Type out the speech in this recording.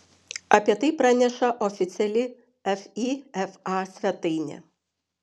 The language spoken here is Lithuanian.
apie tai praneša oficiali fifa svetainė